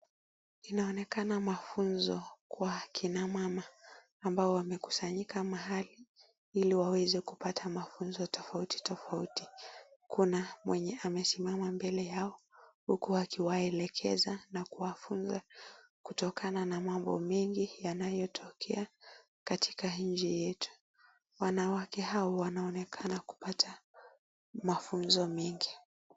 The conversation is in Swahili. Inaonekana mafunzo kwa kina mama ambao wamekusanyika mahali ili waweze kupata mafunzo tofauti tofauti. Kuna mwenye amesimama mbele yao huku akiwaelekeza na kuwafunza kutokana na mambo mengi yanayotokea katika hii njia yetu. Wanawake hawa wanaonekana kupata mafunzo mengi.